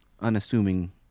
unassuming